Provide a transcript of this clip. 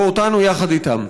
ואותנו יחד איתם.